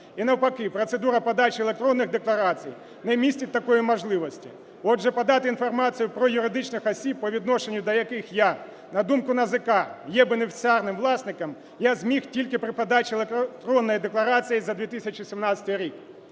і навпаки – процедура подачі електронних декларацій не містить такої можливості. Отже, подати інформацію про юридичних осіб по відношенню до яких я, на думку НАЗК, є бенефіціарним власником, я зміг тільки при подачі електронної декларації за 2017 рік.